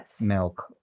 milk